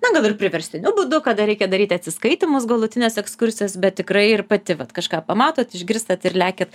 na gal ir priverstiniu būdu kada reikia daryti atsiskaitymus galutines ekskursijas bet tikrai ir pati vat kažką pamatot išgirstat ir lekiat